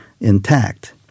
intact